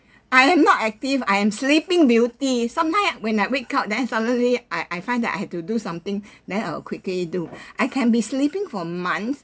I am not active I am sleeping beauty sometime ah when I wake up then suddenly I I find that I had to do something then I'll quickly do I can be sleeping for months